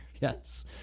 Yes